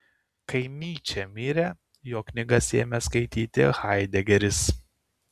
kai nyčė mirė jo knygas ėmė skaityti haidegeris